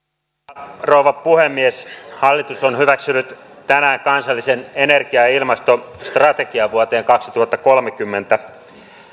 arvoisa rouva puhemies hallitus on hyväksynyt tänään kansallisen energia ja ilmastostrategian vuoteen kaksituhattakolmekymmentä